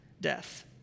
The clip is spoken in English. death